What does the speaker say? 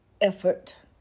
effort